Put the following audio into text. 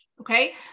Okay